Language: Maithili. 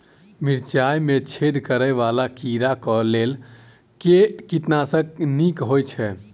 मिर्चाय मे छेद करै वला कीड़ा कऽ लेल केँ कीटनाशक नीक होइ छै?